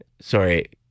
Sorry